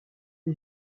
des